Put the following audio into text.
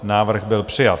Návrh byl přijat.